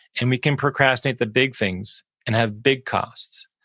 and we can procrastinate the big things and have big costs.